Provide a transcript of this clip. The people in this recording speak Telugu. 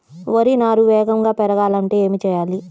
వరి నారు వేగంగా పెరగాలంటే ఏమి చెయ్యాలి?